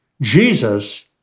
Jesus